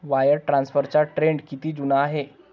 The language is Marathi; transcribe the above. वायर ट्रान्सफरचा ट्रेंड किती जुना आहे?